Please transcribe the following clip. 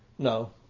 no